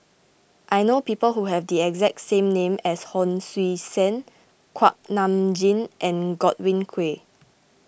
I know people who have the exact name as Hon Sui Sen Kuak Nam Jin and Godwin Koay